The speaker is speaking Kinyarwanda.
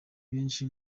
benshi